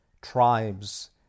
tribes